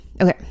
Okay